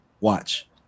Watch